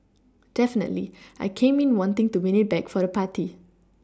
definitely I came in wanting to win it back for the party